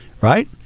right